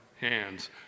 hands